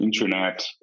internet